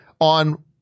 on